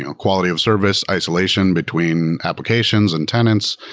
you know quality of service, isolation between applications and tenants,